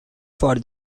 for